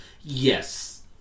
Yes